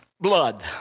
blood